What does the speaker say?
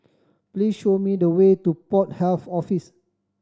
please show me the way to Port Health Office